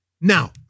Now